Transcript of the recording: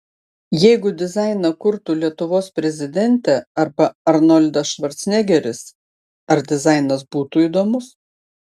jeigu dizainą kurtų lietuvos prezidentė arba arnoldas švarcnegeris ar dizainas būtų įdomus